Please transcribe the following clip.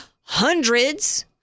hundreds